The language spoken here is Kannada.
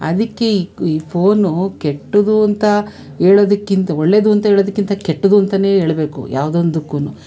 ಅದಕ್ಕೆ ಈ ಈ ಫೋನು ಕೆಟ್ಟದ್ದು ಅಂತ ಹೇಳೋದಕ್ಕಿಂತ ಒಳ್ಳೇದು ಅಂತ ಹೇಳೋದಕ್ಕಿಂತ ಕೆಟ್ಟದ್ದು ಅಂತೆಯೇ ಹೇಳ್ಬೇಕು ಯಾವುದೊಂದಕ್ಕೂ